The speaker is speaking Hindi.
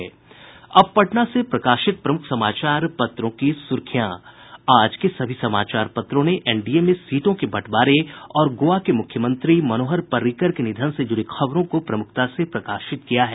अब पटना से प्रकाशित प्रमुख समाचार पत्रों की सुर्खियां आज के सभी समाचार पत्रों ने एनडीए में सीटों के बंटवारे और गोवा के मुख्यमंत्री मनोहर पर्रिकर के निधन से जुड़ी खबरों को प्रमुखता से प्रकाशित किया है